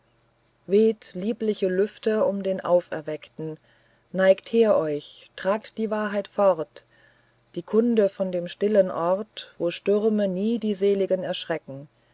weht lieblich lüfte um den auferweckten neigt her euch tragt die wahrheit fort die kunde von dem stillen ort wo stürme nie die seligen